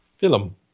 Film